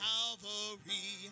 Calvary